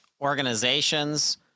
organizations